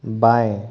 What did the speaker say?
बाएँ